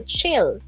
Chill